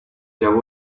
there